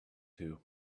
two